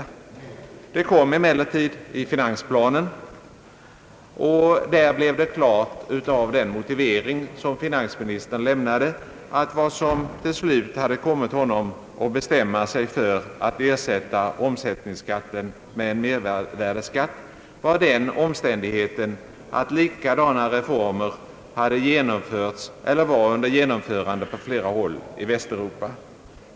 Ett sådant förslag kom emellertid i finansplanen och av den motivering som finansministern där lämnade blev det klart, att vad som till slut hade kommit honom att bestämma sig för att ersätta omsättningsskatten med mervärdeskatt var den omständigheten att liknande reformer hade genomförts eller var under genomförande på flera håll i Västeuropa.